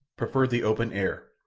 preferred the open air,